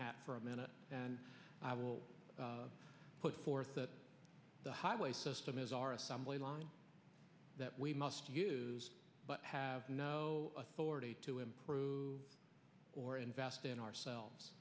hat for a minute and i will put forth that the highway system is our assembly line that we must use but have no authority to improve or invest in ourselves